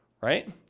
Right